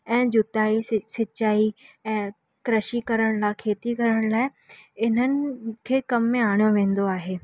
ऐं जुताई सि सिचाई ऐं कृषि करण लाइ खेती करण लाइ इन्हनि खे कम में आणियो वेंदो आहे